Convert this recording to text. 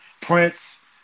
Prince